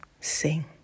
sing